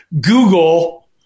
Google